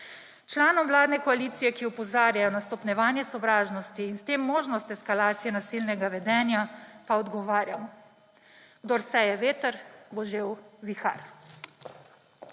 Članom vladne koalicije, ki opozarjajo na stopnjevanje sovražnosti in s tem možnost eskalacije nasilnega vedenja, pa odgovarjam: kdor seje veter, bo žel vihar.